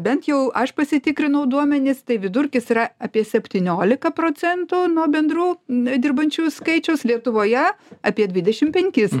bent jau aš pasitikrinau duomenis tai vidurkis yra apie septyniolika procentų nuo bendrų dirbančiųjų skaičiaus lietuvoje apie dvidešim penkis